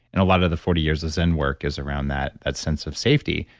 and a lot of the forty years of zen work is around that that sense of safety.